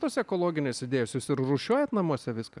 tos ekologinės idėjos jūs ir rūšiuojant namuose viską